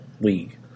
league